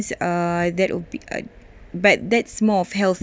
is uh that would be a but that's more of health